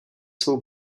svou